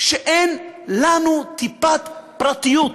שאין לנו טיפת פרטיות.